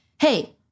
Hey